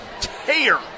tear